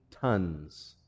tons